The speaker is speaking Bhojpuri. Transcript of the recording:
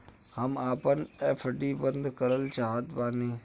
हम आपन एफ.डी बंद करल चाहत बानी